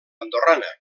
andorrana